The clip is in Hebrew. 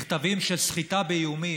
מכתבים של סחיטה באיומים,